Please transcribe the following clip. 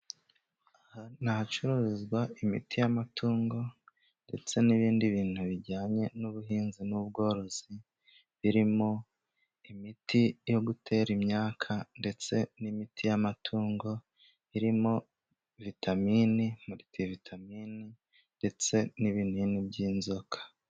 Aha ni ahacuruzwa imiti y'amatungo ndetse n'ibindi bintu bijyanye n'ubuhinzi n'ubworozi. Birimo imiti yo gutera imyaka ndetse n'imiti y'amatungo. Irimo vitaminini ,militivitamini ndetse n'ibinini by'inzoka.